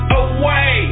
away